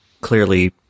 clearly